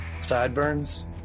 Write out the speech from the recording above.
Sideburns